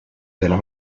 della